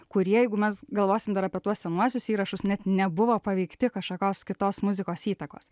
kurie jeigu mes galvosim dar apie tuos senuosius įrašus net nebuvo paveikti kažkokios kitos muzikos įtakos